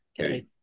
Okay